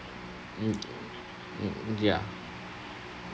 mm mm ya